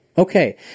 Okay